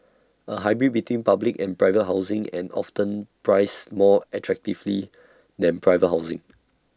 A hybrid between public and private housing and often priced more attractively than private housing